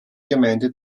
gemeinde